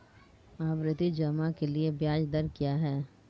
आवर्ती जमा के लिए ब्याज दर क्या है?